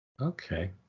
Okay